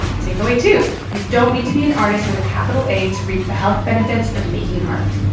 takeaway two you don't need to be an artist with a capital a to reap the health benefits of making art.